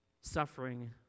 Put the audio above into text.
suffering